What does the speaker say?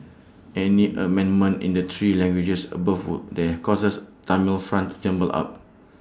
any amendment in the three languages above would have caused Tamil font jumble up